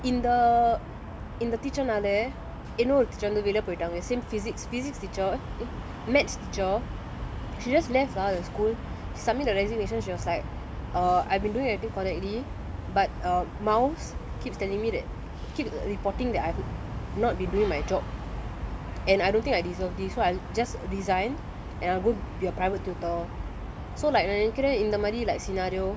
and then like இந்த இந்த:intha intha teacher னால இன்னொரு:naale innoru teacher வந்து வெளிய போய்டாங்க:vanthu veliya poaitaanga the same physics physics teacher eh maths teacher she just left lah the school she submit the resignation she was like err I've been doing everything correctly but err miles keep telling that keep reporting that I've not been doing my job and I don't think I deserve this so I just resign and I will go be a private tutor